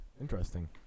Interesting